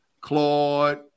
Claude